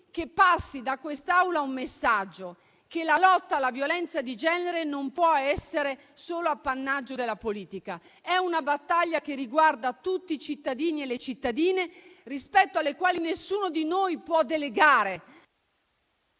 che passi da quest'Aula un messaggio: la lotta alla violenza di genere non può essere solo appannaggio della politica. È una battaglia che riguarda tutti i cittadini e le cittadine, rispetto ai quali nessuno di noi può delegare.